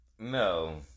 no